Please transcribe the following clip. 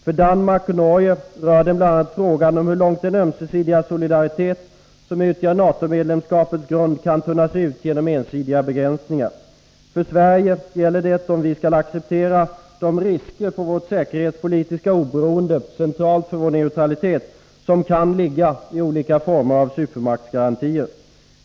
För Danmark och Norge rör den bl.a. frågan om hur långt den ömsesidiga solidaritet som utgör NATO-medlemskapets grund kan tunnas ut genom ensidiga begränsningar. För Sverige gäller det om vi skall acceptera de risker för vårt säkerhetspolitiska oberoende — centralt för vår neutralitet — som kan ligga i olika former av supermaktsgarantier.